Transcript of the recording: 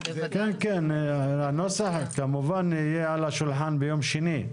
כן, הנוסח כמובן יהיה על השולחן ביום שני.